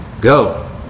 go